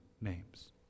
names